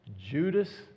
Judas